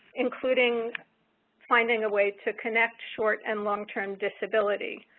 including finding a way to connect short and long-term disability.